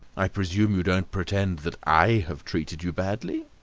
i presume you don't pretend that i have treated you badly.